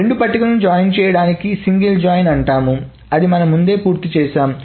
రెండు పట్టికలను జాయిన్ చేయడాన్ని సింగిల్ జాయిన్ అంటాము అది మనం ముందే పూర్తి చేసాం